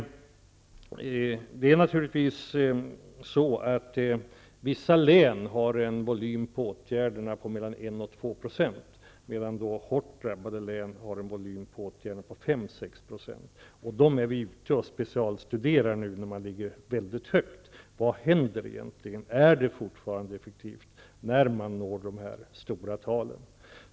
I vissa län har åtgärderna en volym på mellan 1 och 2 %, medan hårt drabbade län har en volym på 5 -- 6 % på åtgärderna. De som nu ligger väldigt högt är vi nu ute och specialstuderar för att se vad som egentligen händer och om åtgärderna fortfarande är effektiva när man når dessa stora tal.